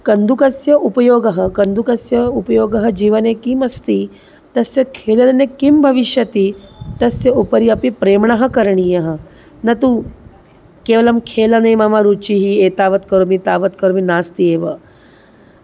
कन्दुकस्य उपयोगः कन्दुकस्य उपयोगः जीवने किमस्ति तस्य खेलने किं भविष्यति तस्य उपरि अपि प्रेम करणीयं न तु केवलं खेलने मम रुचिः एतावत् करोमि तावत् करोमि नास्ति एव